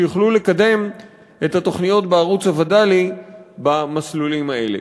שיוכלו לקדם את התוכניות בערוץ הווד"לי במסלולים האלה.